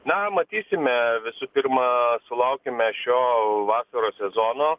na matysime visų pirma sulaukime šio vasaros sezono